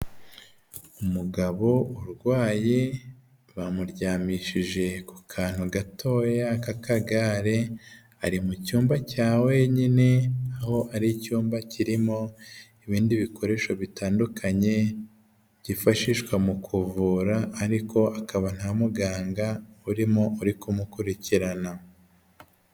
Umugabo urwaye bamuryamishije ku kantu gatoya k'akagare. Ari mu cyumba cya wenyine, aho ari icyumba kirimo ibindi bikoresho bitandukanye byifashishwa mu kuvura, ariko akaba nta muganga urimo uri kumukurikirana.